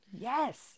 Yes